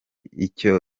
icyo